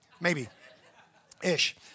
maybe-ish